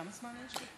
כמה זמן יש לי?